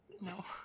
No